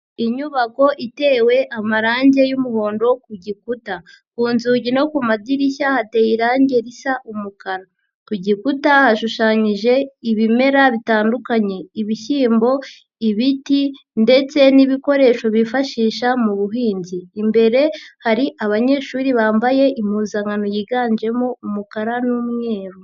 Inyubako itewe amarangi y'umuhondo ku gikuta, ku nzugi no ku madirishya hateye irangi risa umukara, ku gikuta hashushanyije ibimera bitandukanye ibishyimbo, ibiti ndetse n'ibikoresho bifashisha mu buhinzi, imbere hari abanyeshuri bambaye impuzankano yiganjemo umukara n'umweru.